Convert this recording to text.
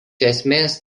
esmės